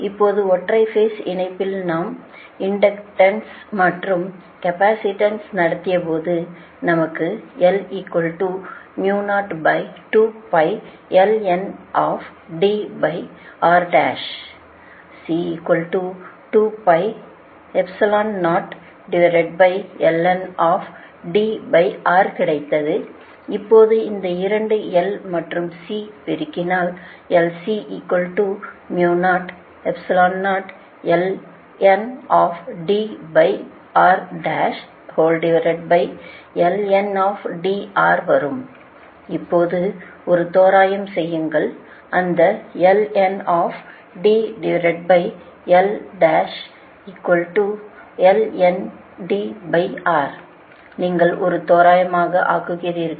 இப்போது ஒற்றை பேஸ் இணைப்பில் நாம் இண்டக்டன்ஸ் மற்றும் கேப்பாசிட்டன்ஸ் நடத்திய போது நமக்கு கிடைத்தது இப்போது இந்த இரண்டு L மற்றும் C ஐ பெருக்கினாள் வரும் இப்போது ஒரு தோராயம் செய்யுங்கள்அந்த ஐ நீங்கள் ஒரு தோராயமாக ஆக்குகிறீர்கள்